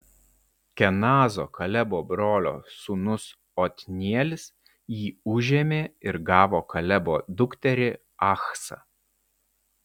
kenazo kalebo brolio sūnus otnielis jį užėmė ir gavo kalebo dukterį achsą